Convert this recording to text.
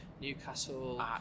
Newcastle